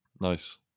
Nice